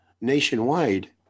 nationwide